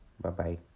Bye-bye